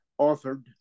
authored